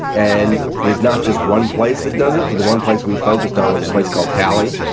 and there's not just one place that does the one place we focused on was a place called talli,